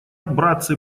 братцы